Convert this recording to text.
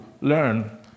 learn